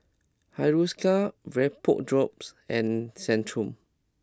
Hiruscar VapoDrops and Centrum